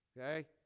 okay